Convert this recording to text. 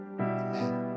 Amen